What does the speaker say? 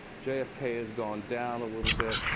jfk has gone down a little bit.